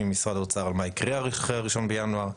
עם משרד האוצר על מה יקרה אחרי ה-1 בינואר,